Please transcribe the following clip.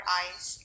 eyes